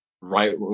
right